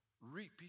reap